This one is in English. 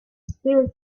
still